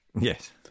Yes